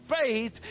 faith